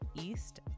East